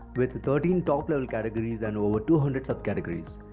with thirteen top level categories, and over two hundred sub-categories.